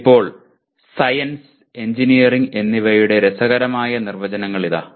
ഇപ്പോൾ science engineering എന്നിവയുടെ രസകരമായ നിർവചനങ്ങൾ ഇതാ